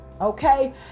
Okay